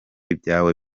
ibyawe